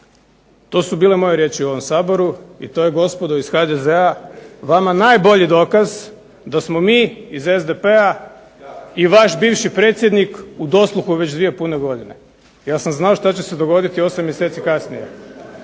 To su bile moje riječi u ovom Saboru i to je gospodo iz HDZ-a vama najbolji dokaz da smo mi iz SDP-a i vaš bivši predsjednik u dosluhu već dvije pune godine. Ja sam znao što će se dogoditi 8 mjeseci kasnije.